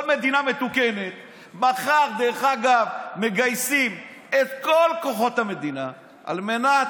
בכל מדינה מתוקנת מחר מגייסים את כל כוחות המדינה על מנת